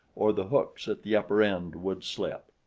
or the hooks at the upper end would slip.